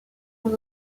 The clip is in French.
aux